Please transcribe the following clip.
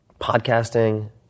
podcasting